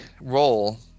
role